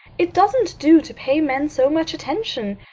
it doesn't do to pay men so much attention.